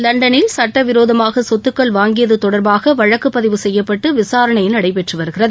லண்டனில் சட்டவிரோதமாக சொத்துக்கள் வாங்கியது தொடர்பாக வழக்கு பதிவு செய்யப்பட்டு விசாரணை நடைபெற்று வருகிறது